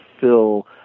fill